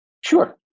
Sure